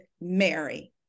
Mary